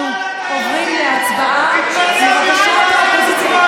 חברות וחברים, אנחנו עוברים להצבעה.